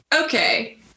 Okay